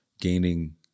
gaining